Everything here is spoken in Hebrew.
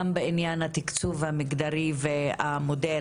גם בעניין התקצוב המגדרי והמודל,